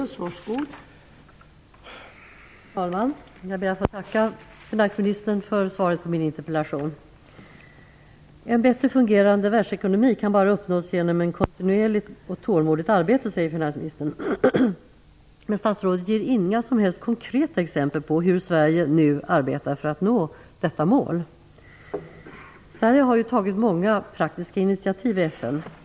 Fru talman! Jag ber att få tacka finansministern för svaret på min interpellation. Finansministern säger att "en bättre fungerande världsekonomi bara kan uppnås genom ett kontinuerligt och tålmodigt arbete". Men statsrådet ger inga som helst konkreta exempel på hur Sverige nu arbetar för att nå detta mål. Sverige har tagit många praktiska initiativ i FN.